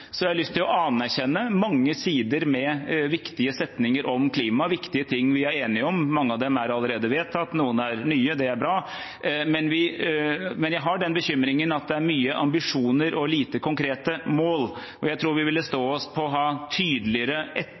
så gjelder erklæringens mer konkrete sider, eller snarere mangel på det, har jeg lyst til å anerkjenne mange sider med viktige setninger om klima, viktige ting vi er enige om – mange av dem er allerede vedtatt, noen er nye, det er bra – men jeg har den bekymringen at det er mye ambisjoner og lite konkrete mål. Jeg tror vi ville stå oss på å ha tydeligere,